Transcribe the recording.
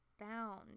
bound